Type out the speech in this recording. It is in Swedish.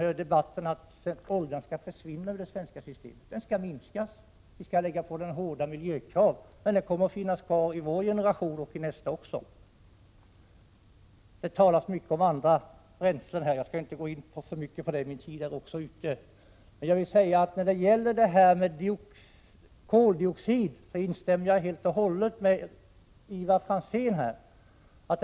1987/88:42 tro att oljan skall försvinna helt ur det svenska systemet. Den skall minskas 10 december 1987 och vi kommer att ställa hårda miljökrav, men den kommer att finnas kvari == oa vår generation och i nästa också. Det talas mycket om andra bränslen. Detta skall jag inte gå in så mycket på, för min taletid är ute. Jag vill bara säga att jag instämmer helt och hållet i vad Ivar Franzén sade om koldioxiden.